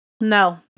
No